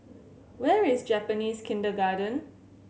where is Japanese Kindergarten